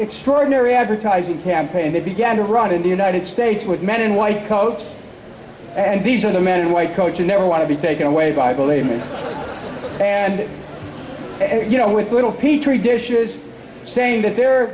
extraordinary advertising campaign that began to run in the united states with men in white coats and these are the men in white coats you never want to be taken away by believe in and you know with little petri dishes saying that they're